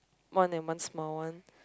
one and one small one